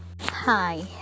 hi